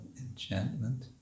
enchantment